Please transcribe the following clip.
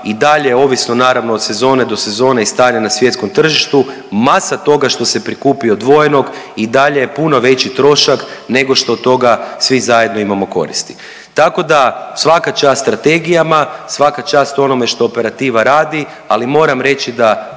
i dalje ovisno naravno od sezone do sezone i stanja na svjetskom tržištu masa toga što se prikupi odvojenog i dalje je puno veći trošak nego što od toga svi zajedno imamo koristi. Tako da svaka čast strategijama, svaka čast onome što operativa radi, ali moram reći da